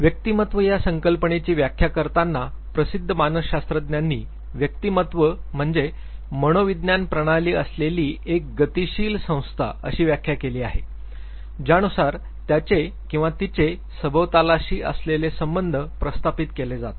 व्यक्तिमत्व या संकल्पनेची व्याख्या करताना प्रसिद्ध मानसशास्त्रज्ञांनी व्यक्तिमत्व म्हणजे मनोविज्ञान प्रणाली असलेली एक गतिशील संस्था अशी व्याख्या केली आहे ज्यानुसार त्याचे किंवा तिचे सभोतालाशी असलेले संबंध प्रस्थापित केले जातात